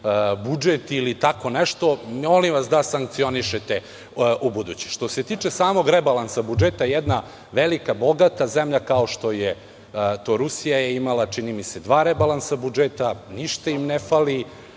budžet ili tako nešto, molim vas da sankcionišete ubuduće. Što se tiče samog rebalansa budžeta, jedna velika bogata zemlja kao što je to Rusija, imala je čini mi se dva rebalansa budžeta, ništa im ne fali